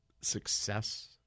success